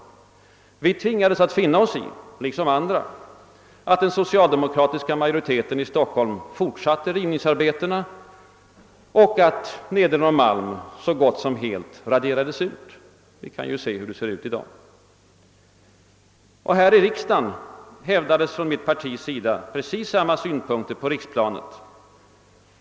Vi liksom andra tvingades att finna oss i att den socialdemokratiska majoriteten i Stockholm fortsatte rivningsarbetena och att nedre Norrmalm så gott som helt raderades ut. Vi vet ju hur det ser ut i dag. Här i riksdagen hävdades från mitt partis sida precis samma synpunkter på riksplanet.